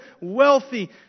wealthy